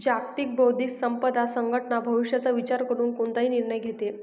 जागतिक बौद्धिक संपदा संघटना भविष्याचा विचार करून कोणताही निर्णय घेते